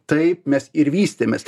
taip mes ir vystėmės